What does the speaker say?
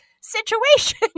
situation